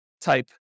type